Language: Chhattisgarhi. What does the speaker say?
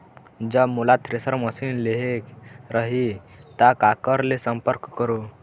जब मोला थ्रेसर मशीन लेहेक रही ता काकर ले संपर्क करों?